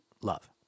love